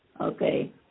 Okay